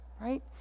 right